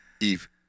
eve